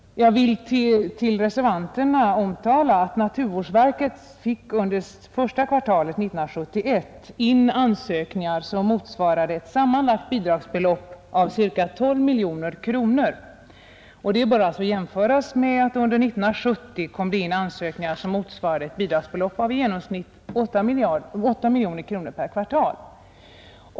Jag kan för reservanterna och kammarens ledamöter omtala att naturvårdsverket under första kvartalet 1971 fick in ansök ningar motsvarande ett sammanlagt bidragsbelopp på cirka 12 miljoner kronor. Detta bör jämföras med att det under 1970 kom in ansökningar motsvarande ett bidragsbelopp på i genomsnitt cirka 8 miljoner kronor per kvartal.